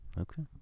okay